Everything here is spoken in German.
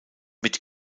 mit